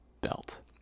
belt